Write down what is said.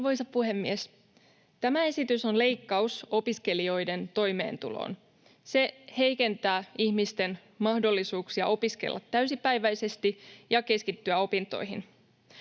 Arvoisa puhemies! Tämä esitys on leikkaus opiskelijoiden toimeentuloon. Se heikentää ihmisten mahdollisuuksia opiskella täysipäiväisesti ja keskittyä opintoihin,